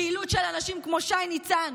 פעילות של אנשים כמו שי ניצן,